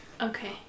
Okay